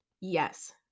Yes